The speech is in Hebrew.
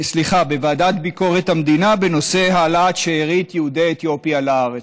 בוועדת ביקורת המדינה בנושא העלאת שארית יהודי אתיופיה לארץ.